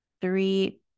three